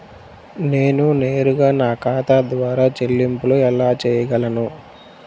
నేను నేరుగా నా ఖాతా ద్వారా చెల్లింపులు ఎలా చేయగలను?